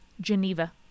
Geneva